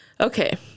okay